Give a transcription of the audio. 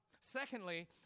Secondly